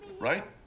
Right